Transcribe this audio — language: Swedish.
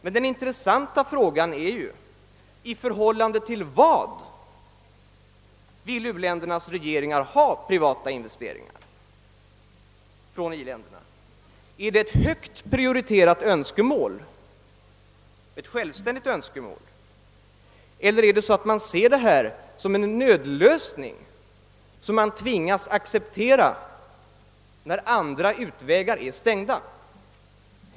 Men den intressanta frågan är ju: I förhållande till vad vill u-ländernas regringar ha privata investeringar från i-länderna? Är det ett högt prioriterat önskemål — ett självständigt önskemål — eller ser man detta som en nödlösning som man tvingas acceptera när andra utvägar är stängda?